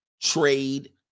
trade